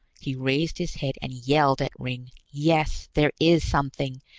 he raised his head and yelled at ringg, yes, there is something!